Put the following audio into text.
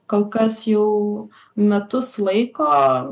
kol kas jau metus laiko